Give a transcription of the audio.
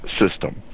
system